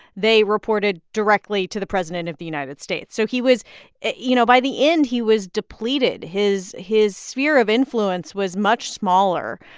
they reported directly to the president of the united states so he was you know, by the end, he was depleted. his his sphere of influence was much smaller.